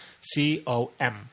C-O-M